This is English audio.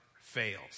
fails